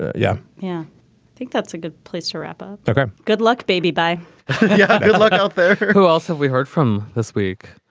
yeah, yeah yeah. i think that's a good place to wrap up. okay. good luck, baby. bye yeah good luck out there. who else have we heard from this week?